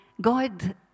God